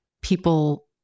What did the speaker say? people